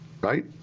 right